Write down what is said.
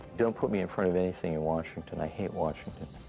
don't put me in front of anything in washington. i hate washington.